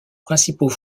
principaux